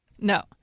No